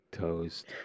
toast